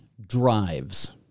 drives